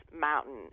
mountain